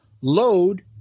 Load